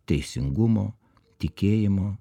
teisingumo tikėjimo